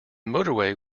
motorway